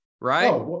right